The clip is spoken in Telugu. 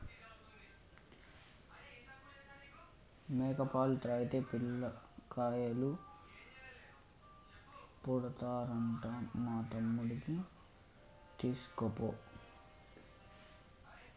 మేక పాలు తాగితే పిల్లకాయలు పుడతారంట మా తమ్ముడికి తీస్కపో